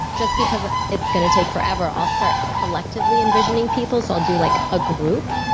just because ah it's gonna take forever, i'll start collectively envisioning people. so i'll do like a group,